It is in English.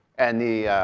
and the